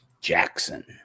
Jackson